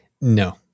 no